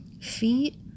feet